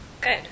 Good